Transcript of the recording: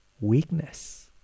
weakness